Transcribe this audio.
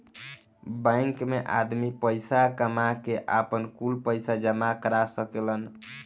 bank मे आदमी पईसा कामा के, आपन, कुल पईसा जामा कर सकेलन